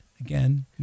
again